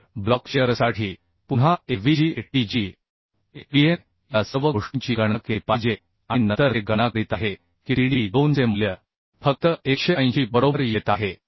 तर ब्लॉक शिअरसाठी पुन्हा avg atg avn या सर्व गोष्टींची गणना केली पाहिजे आणि नंतर ते गणना करीत आहे की TDB 2 चे मूल्य फक्त 180 बरोबर येत आहे